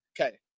okay